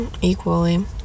equally